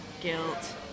guilt